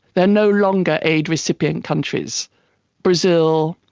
they are no longer aid recipient countries brazil,